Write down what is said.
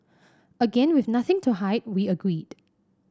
again with nothing to hide we agreed